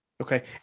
Okay